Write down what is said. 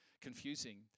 confusing